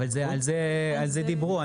על זה דיברו.